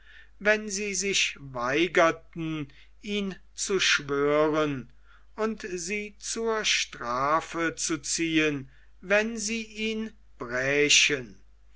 wenn sie sich weigerten ihn zu schwören und sie zur strafe zu ziehen wenn sie ihn brächen